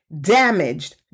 damaged